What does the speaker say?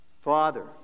Father